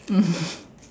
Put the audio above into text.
mm